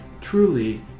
Truly